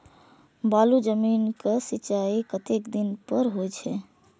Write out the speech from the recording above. बालू जमीन क सीचाई कतेक दिन पर हो छे?